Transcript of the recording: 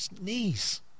knees